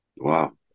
Wow